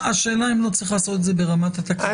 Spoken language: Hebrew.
השאלה אם לא צריך לעשות את זה ברמת תקנות.